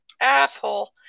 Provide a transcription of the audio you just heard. asshole